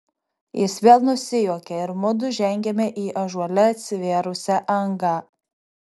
jis vėl nusijuokė ir mudu žengėme į ąžuole atsivėrusią angą